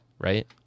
right